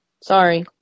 Sorry